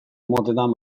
motetan